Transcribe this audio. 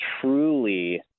truly